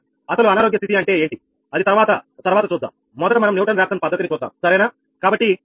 అసలు అనారోగ్య స్థితి అంటే ఏంటి అది తర్వాత తర్వాత చూద్దాం మొదట మనం న్యూటన్ రాఫ్సన్ పద్ధతిని చూద్దాం